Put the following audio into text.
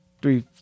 Three